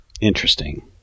Interesting